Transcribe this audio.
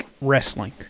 wrestling